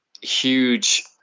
huge